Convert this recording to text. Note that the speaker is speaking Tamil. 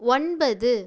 ஒன்பது